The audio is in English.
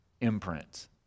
imprint